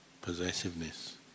possessiveness